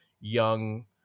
young